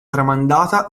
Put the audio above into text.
tramandata